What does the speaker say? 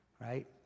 right